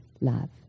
love